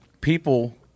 people